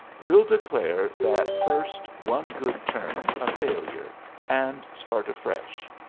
we'll declare that first one good turn a failure and start afresh.